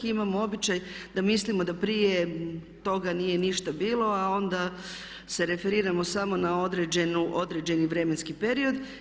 Imamo običaj da mislimo da prije toga nije ništa bilo a onda se referiramo samo na određeni vremenski period.